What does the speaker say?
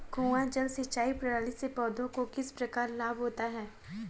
कुआँ जल सिंचाई प्रणाली से पौधों को किस प्रकार लाभ होता है?